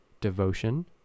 Devotion